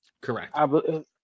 Correct